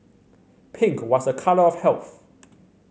pink was a colour of health